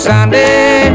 Sunday